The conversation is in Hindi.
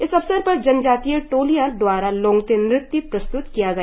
इस अवसर पर जनजातीय टोलियों द्वारा लोंग्ते नृत्य प्रस्तुत किया गया